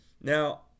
Now